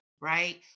right